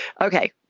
okay